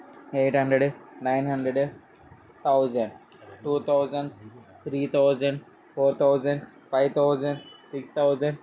eight hundred nine hundred thousand two thousand three thousand four thousand five thousand six thousand